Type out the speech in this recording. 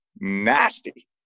nasty